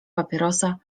papierosa